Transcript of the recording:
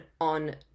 on